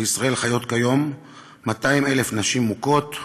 בישראל חיות כיום 200,000 נשים מוכות,